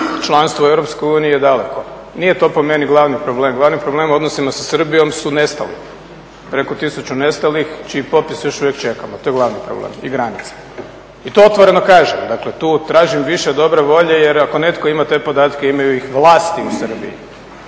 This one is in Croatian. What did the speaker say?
članstvo u EU je daleko. Nije to po meni glavni problem, glavni problem s odnosima sa Srbijom su nestali. Preko 1000 nestalih, čiji popis još uvijek čekamo. To je glavni problem i granica. I to otvoreno kažem, dakle tu tražim više dobre volje jer ako netko ima te podatke, imaju ih vlasti u Srbiji,